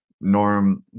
Norm